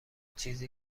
چیزی